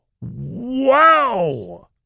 Wow